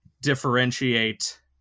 differentiate